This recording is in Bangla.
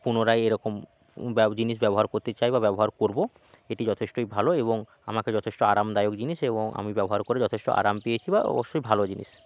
পুনরায় এরকম জিনিস ব্যবহার করতে চাই বা ব্যবহার করব এটি যথেষ্টই ভালো এবং আমাকে যথেষ্ট আরামদায়ক জিনিস এবং আমি ব্যবহার করে যথেষ্ট আরাম পেয়েছি বা অবশ্যই ভালো জিনিস